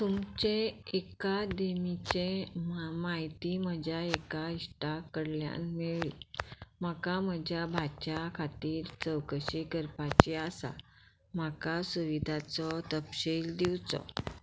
तुमचे एका दिमीचे म्हायती म्हज्या एका इश्टाकडल्यान मेळ्ळी म्हाका म्हज्या भाज्या खातीर चवकशी करपाची आसा म्हाका सुविधाचो तपशील दिवचो